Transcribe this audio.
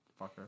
fucker